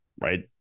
right